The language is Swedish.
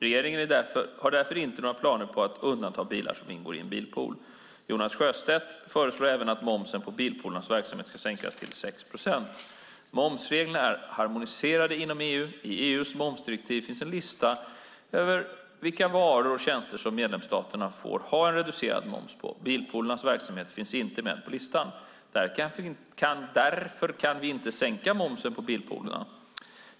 Regeringen har därför inte några planer på att undanta bilar som ingår i en bilpool. Jonas Sjöstedt föreslår även att momsen på bilpoolernas verksamhet ska sänkas till 6 procent. Momsreglerna är harmoniserade inom EU. I EU:s momsdirektiv finns en lista över vilka varor och tjänster som medlemsstaterna får ha en reducerad moms på. Bilpoolernas verksamhet finns inte med på listan. Därför kan vi inte sänka momsen på bilpoolerna.